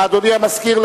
אדוני המזכיר,